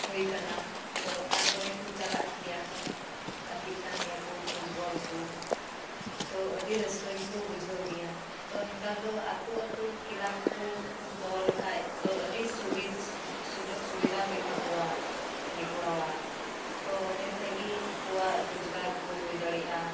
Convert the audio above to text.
ᱦᱳᱭ ᱠᱟᱱᱟ ᱛᱚ ᱚᱱᱟ ᱠᱚᱨᱮ ᱠᱚ ᱪᱟᱞᱟᱜ ᱜᱮᱭᱟ ᱜᱟᱛᱮᱜ ᱠᱟᱱ ᱜᱮᱭᱟ ᱠᱚ ᱯᱷᱩᱴᱵᱚᱞ ᱠᱚ ᱛᱚ ᱟᱰᱤ ᱨᱟᱹᱥᱠᱟᱹ ᱜᱮᱠᱚ ᱵᱩᱡᱷᱟᱹᱣ ᱜᱮᱭᱟ ᱛᱚ ᱱᱮᱛᱟᱨ ᱫᱚ ᱟᱛᱩ ᱟᱛᱩ ᱠᱮᱞᱟᱵᱽ ᱠᱚ ᱠᱚ ᱫᱚᱦᱚ ᱞᱮᱠᱷᱟᱡ ᱛᱚ ᱟᱰᱤ ᱥᱩᱵᱤᱫᱷᱟ ᱥᱩᱡᱳᱜᱽ ᱥᱩᱵᱤᱫᱷᱟ ᱦᱩᱭᱩᱜ ᱛᱟᱠᱚᱣᱟ ᱠᱩᱲᱤ ᱠᱚᱲᱟᱣᱟᱜ ᱛᱚ ᱚᱸᱰᱮ ᱠᱷᱚᱡ ᱜᱮ ᱟᱠᱚᱣᱟᱜ ᱨᱚᱡᱽᱜᱟᱨ ᱠᱚ ᱦᱩᱭ ᱫᱟᱲᱮᱭᱟᱜᱼᱟ